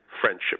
friendship